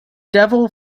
devil